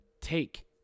take